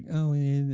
oh he is.